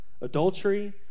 adultery